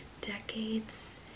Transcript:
decades